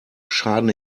schaden